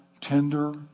tender